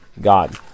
God